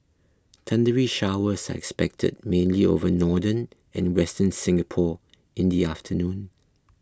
thundery showers are expected mainly over northern and western Singapore in the afternoon